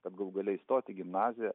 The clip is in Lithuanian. kad galų gale įstoti į gimnaziją